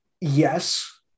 yes